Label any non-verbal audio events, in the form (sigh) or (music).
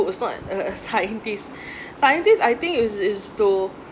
who is not a a scientist (breath) scientist I think is is to